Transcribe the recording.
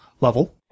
level